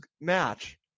match